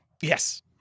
Yes